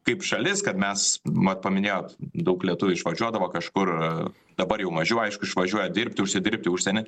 kaip šalis kad mes mat paminėjot daug lietuvių išvažiuodavo kažkur dabar jau mažiau aišku išvažiuoja dirbti užsidirbti užsieny